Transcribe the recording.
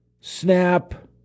snap